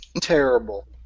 terrible